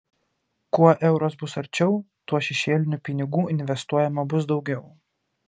kuo euras bus arčiau tuo šešėlinių pinigų investuojama bus daugiau